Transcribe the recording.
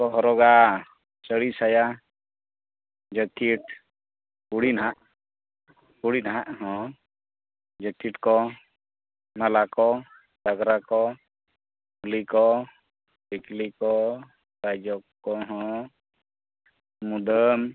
ᱦᱚᱨᱚᱜᱼᱟ ᱥᱟᱹᱲᱤ ᱥᱟᱭᱟ ᱡᱮᱠᱮᱴ ᱠᱩᱲᱤ ᱦᱟᱜ ᱠᱩᱲᱤ ᱱᱟᱦᱟᱜ ᱦᱳᱭ ᱡᱮᱠᱮᱴ ᱠᱚ ᱢᱟᱞᱟ ᱠᱚ ᱯᱟᱜᱽᱨᱟ ᱠᱚ ᱯᱷᱩᱞᱤ ᱠᱚ ᱴᱤᱠᱞᱤ ᱠᱚ ᱯᱟᱭᱡᱚᱯ ᱠᱚ ᱦᱚᱸ ᱢᱩᱫᱟᱹᱢ